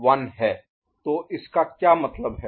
तो इसका क्या मतलब है